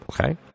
okay